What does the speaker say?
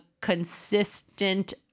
consistent